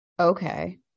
Okay